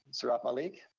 saurabh malik,